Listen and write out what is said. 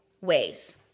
ways